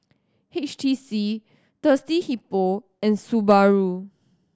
H T C Thirsty Hippo and Subaru